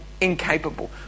incapable